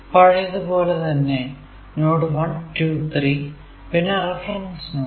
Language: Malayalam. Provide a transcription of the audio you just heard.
പഴയതു പോലെ തന്നെ നോഡ് 1 2 3 പിന്നെ റഫറൻസ് നോഡ്